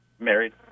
Married